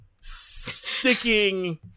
sticking